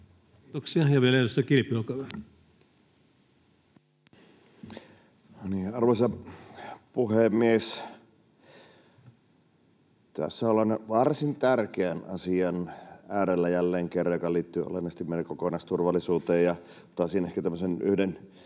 Kiitoksia. — Ja vielä edustaja Kilpi, olkaa hyvä. Arvoisa puhemies! Tässä ollaan jälleen kerran varsin tärkeän asian äärellä, joka liittyy olennaisesti meidän kokonaisturvallisuuteen.